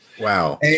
Wow